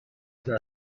دست